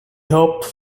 hope